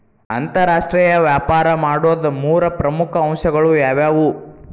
ಅಂತರಾಷ್ಟ್ರೇಯ ವ್ಯಾಪಾರ ಮಾಡೋದ್ ಮೂರ್ ಪ್ರಮುಖ ಅಂಶಗಳು ಯಾವ್ಯಾವು?